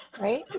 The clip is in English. right